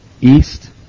east